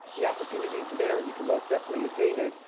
the opportunities are there, and you can most definitely attain it.